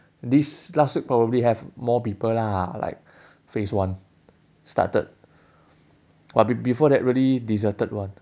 this last week probably have more people lah like phase one started !wah! be~ before that really deserted [one]